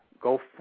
go